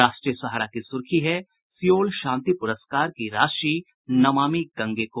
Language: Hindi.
राष्ट्रीय सहारा की सुर्खी है सियोल शांति पुरस्कार की राशि नमामि गंगे को